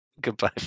Goodbye